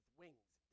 wings